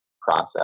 process